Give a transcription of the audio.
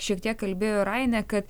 šiek tiek kalbėjo ir ainė kad